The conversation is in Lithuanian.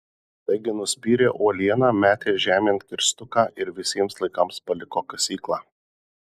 taigi nuspyrė uolieną metė žemėn kirstuką ir visiems laikams paliko kasyklą